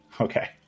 Okay